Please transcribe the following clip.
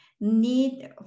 need